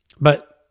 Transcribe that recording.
but-